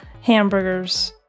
hamburgers